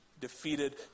defeated